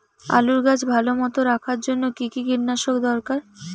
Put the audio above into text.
আলুর গাছ ভালো মতো রাখার জন্য কী কী কীটনাশক দরকার?